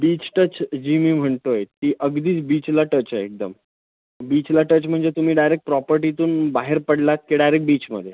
beach touch जी मी म्हणतो आहे ती अगदीच बीचला टच आहे एकदम बीचला टच म्हणजे तुम्ही डायरेक प्रॉपर्टीतून बाहेर पडलात की डायरेक बीचमध्ये